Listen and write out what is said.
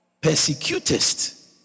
persecutest